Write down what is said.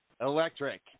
Electric